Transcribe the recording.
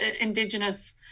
indigenous